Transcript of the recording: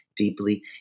Deeply